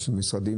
יש משרדים